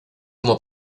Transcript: como